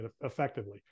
effectively